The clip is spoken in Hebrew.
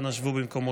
אנא שבו במקומותיכם.